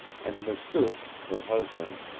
and mistoos, her husband,